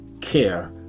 care